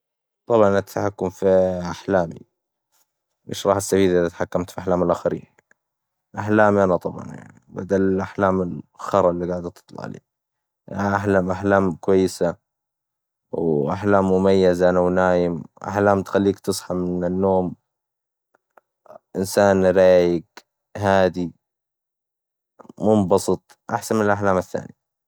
طبعاً التحكم في أحلامي، وش راح استفيد إذا تحكمت في أحلام الإخرين، أحلامي أنا طبعاً، بدل الأحلام ال(كلمة بذيئة) إللي قاعدة تطلعلي، يعني أحلم أحلام كويسة، وأحلام مميزة أنا ونايم، تخليك تصحى من النوم إنسان رايق، هادي، منبسط، أحسن الأحلام الثانية.